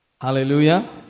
Hallelujah